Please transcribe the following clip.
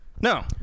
No